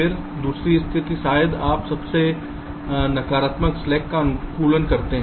फिर दूसरी स्थिति शायद आप सबसे खराब नकारात्मक स्लैक का अनुकूलन करते हैं